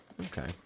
Okay